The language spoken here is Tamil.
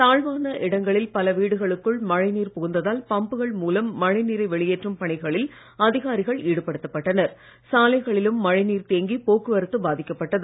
தாழ்வான இடங்களில் பல வீடுகளுக்குள் மழைநீர் புகுந்த்தால் பம்புகள் மூலம் மழைநீரை வெளியேற்றும் பணிகளில் சாலைகளிலும் மழைநீர் தேங்கி போக்குவரத்து பாதிக்கப்பட்டது